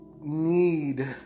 need